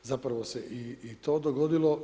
Zapravo se i to dogodilo.